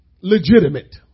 legitimate